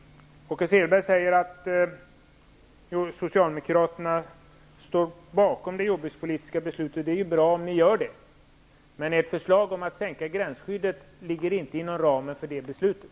Åke Selberg säger att Socialdemokraterna står bakom det jordbrukspolitiska beslutet. Det är bra om ni gör det. Men ert förslag att sänka gränsskyddet ligger inte inom ramen för det beslutet.